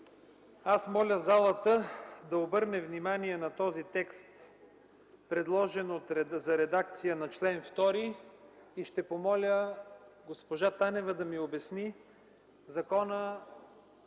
Аз моля залата да обърне внимание на този текст, предложен за редакция на чл. 2, и ще помоля госпожа Танева да ми обясни закона,